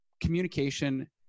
communication